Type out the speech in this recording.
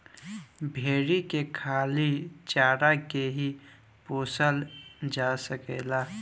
भेरी के खाली चारा के ही पोसल जा सकेला